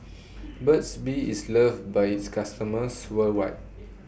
Burt's Bee IS loved By its customers worldwide